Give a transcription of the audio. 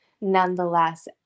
nonetheless